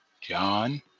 John